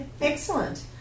Excellent